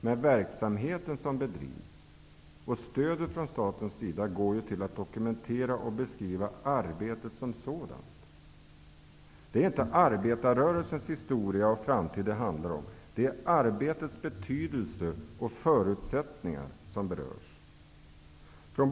Men den verksamhet som bedrivs syftar till att dokumentera och beskriva arbetet som sådant. Det är ju dit statens stöd går. Det är inte arbetarrörelsens historia och framtid det handlar om. Det är arbetets betydelse och förutsättningar som berörs.